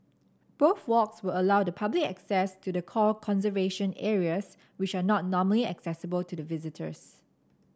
both walks will allow the public access to the core conservation areas which are not normally accessible to the visitors